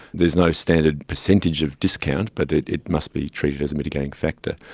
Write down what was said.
there is no standard percentage of discount but it it must be treated as a mitigating factor.